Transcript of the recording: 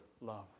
love